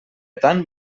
tan